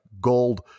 gold